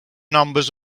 numbers